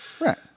Right